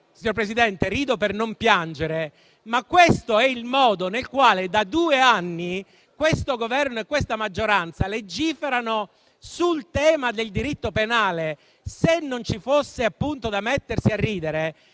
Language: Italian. Signor Presidente, rido per non piangere, ma questo è il modo nel quale, da due anni, questo Governo e questa maggioranza legiferano sul tema del diritto penale. Se non ci fosse, appunto, da mettersi a ridere,